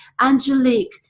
angelique